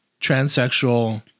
Transsexual